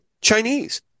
Chinese